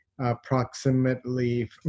approximately